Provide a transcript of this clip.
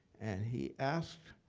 and he asked